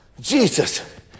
Jesus